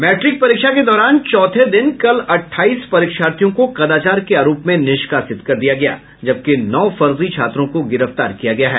matric परीक्षा के दौरान चौथे दिन कल अट्ठाईस परीक्षार्थियों को कदाचार के आरोप में निष्कासित किया गया जबकि नौ फर्जी छात्रों को गिरफ्तार किया गया है